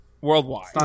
worldwide